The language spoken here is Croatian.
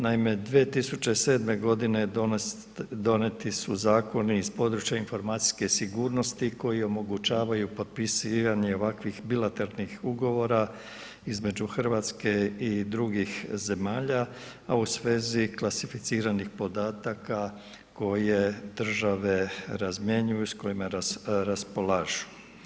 Naime, 2007. g. donijeti su zakoni iz područja informacijske sigurnosti koji omogućavaju potpisivanje ovakvih bilateralnih ugovora između Hrvatske i drugih zemalja, a u svezi klasificiranih podataka koje države razmjenjuju i s kojima raspolažu.